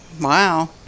wow